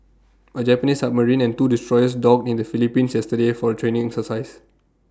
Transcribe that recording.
A Japanese submarine and two destroyers docked in the Philippines yesterday for A training exercise